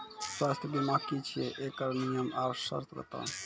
स्वास्थ्य बीमा की छियै? एकरऽ नियम आर सर्त बताऊ?